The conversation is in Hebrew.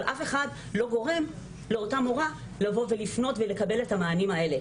אבל אף אחד לא גורם לאותה מורה לבוא ולפנות ולקבל את המענים האלה.